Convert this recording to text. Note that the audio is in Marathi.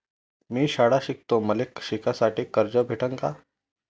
मी शाळा शिकतो, मले शिकासाठी कर्ज भेटन का?